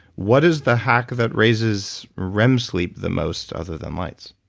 what is the hack that raises rem sleep the most, other than lights?